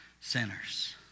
sinners